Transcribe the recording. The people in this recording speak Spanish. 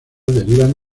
derivan